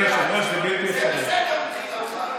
פלסטינים, לא נותנים להם לראות עורך דין?